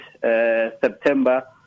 September